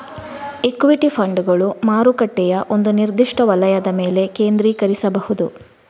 equity ಫಂಡುಗಳು ಮಾರುಕಟ್ಟೆಯ ಒಂದು ನಿರ್ದಿಷ್ಟ ವಲಯದ ಮೇಲೆ ಕೇಂದ್ರೀಕರಿಸಬಹುದು